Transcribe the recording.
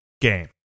game